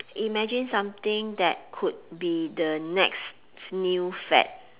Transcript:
imagine something that could be the next new fad